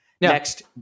Next